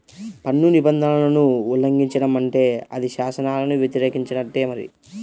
పన్ను నిబంధనలను ఉల్లంఘించడం అంటే అది శాసనాలను వ్యతిరేకించినట్టే మరి